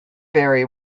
very